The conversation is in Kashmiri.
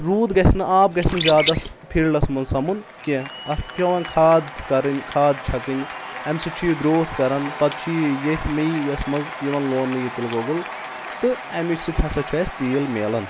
روٗد گژھِ نہٕ آب گژھِ نہٕ زیادٕ اَتھ فیٖلڈَس منٛز سَمُن کینٛہہ اَتھ پیٚوان کھاد کَرٕنۍ کھاد چھَکٕنۍ اَمہِ سۭتۍ چھُ یہِ گرٛوتھ کران پَتہٕ چھُ یہِ یتھ میے یَس منٛز یِوان لوننہٕ یہِ تِلہٕ گۄگُل تہٕ اَمہِ سۭتۍ ہَسا چھُ اَسہِ تیٖل میلان